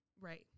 right